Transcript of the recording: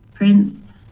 Prince